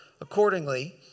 Accordingly